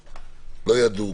הם לא ידעו,